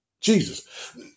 Jesus